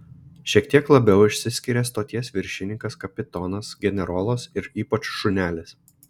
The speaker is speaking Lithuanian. šiek tiek labiau išsiskiria stoties viršininkas kapitonas generolas ir ypač šunelis